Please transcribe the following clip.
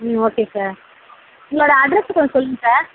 ம் okay sir உங்களோடய address கொஞ்சம் சொல்லுங்கள் சார்